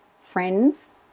friends